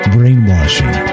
Brainwashing